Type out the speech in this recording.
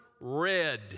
red